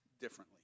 differently